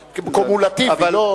קומולטיבי,